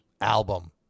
album